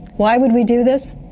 why would we do this?